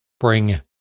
bring